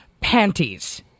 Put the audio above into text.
panties